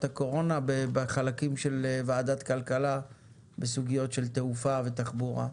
הקורונה בחלקים של ועדת כלכלה בסוגיות של תעופה ותחבורה.